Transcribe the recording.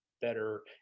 better